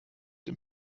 dem